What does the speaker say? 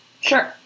Sure